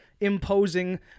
imposing